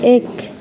एक